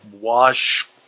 wash